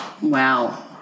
Wow